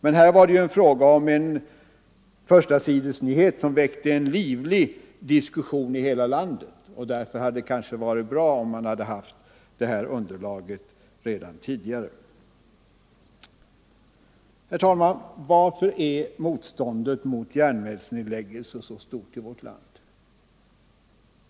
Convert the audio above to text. Men här var det fråga om en förstasidesnyhet, som väckte en livlig diskussion i hela landet. Därför hade det kanske varit bra om vi hade haft det riktiga underlaget till uppgifterna redan tidigare. Varför är motståndet mot järnvägsnedläggelser så stort i vårt land?